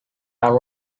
are